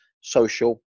social